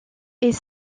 est